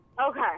Okay